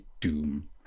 Doom